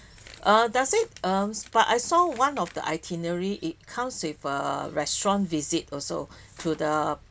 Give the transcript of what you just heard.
uh does it uh but I saw one of the itinerary it comes with a restaurant visit also to the